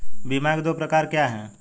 बीमा के दो प्रकार क्या हैं?